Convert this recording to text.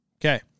Okay